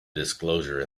disclosure